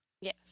Yes